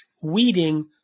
weeding